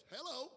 Hello